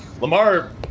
Lamar